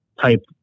type